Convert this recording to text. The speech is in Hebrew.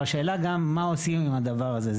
השאלה גם מה עושים עם הדבר הזה.